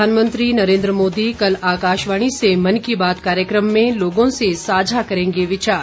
प्रधानमंत्री नरेन्द्र मोदी कल आकाशवाणी से मन की बात कार्यक्रम में लोगों से साझा करेंगे विचार